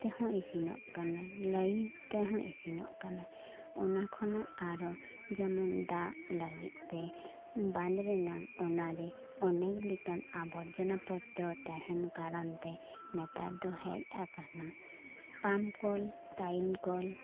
ᱛᱮᱦᱚᱸ ᱤᱥᱤᱱᱚᱜ ᱠᱟᱱᱟ ᱞᱟᱹᱭᱤᱱ ᱛᱮᱦᱚᱸ ᱤᱥᱤᱱᱚᱜ ᱠᱟᱱᱟ ᱚᱱᱟ ᱠᱷᱚᱱᱟᱜ ᱟᱨᱚ ᱡᱮᱢᱚᱱ ᱫᱟᱜ ᱞᱟᱹᱜᱤᱫ ᱛᱮ ᱵᱟᱸᱫᱽ ᱨᱮᱱᱟᱜ ᱚᱱᱟᱨᱮ ᱚᱱᱮᱠ ᱞᱮᱠᱟᱱ ᱟᱵᱚᱨᱡᱚᱱᱟ ᱯᱚᱛᱨᱚ ᱛᱟᱦᱮᱱ ᱠᱟᱨᱚᱱ ᱛᱮ ᱱᱮᱛᱟᱨ ᱫᱚ ᱦᱮᱡ ᱟᱠᱟᱱᱟ ᱯᱟᱢᱯ ᱠᱚᱞ ᱴᱟᱭᱤᱢ ᱠᱚᱞ